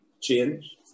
change